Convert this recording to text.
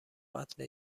قتل